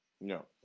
No